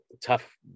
tough